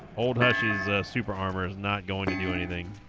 old huh she's super armor is not going to do anything